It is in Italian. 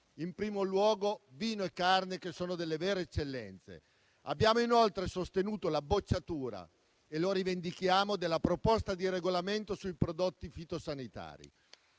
in primo luogo vino e carne, che sono vere eccellenze. Abbiamo inoltre sostenuto la bocciatura - e lo rivendichiamo - della proposta di regolamento sui prodotti fitosanitari.